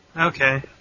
Okay